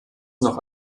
noch